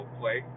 play